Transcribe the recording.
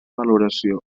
valoració